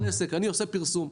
אני עושה פרסום,